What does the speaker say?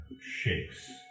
shakes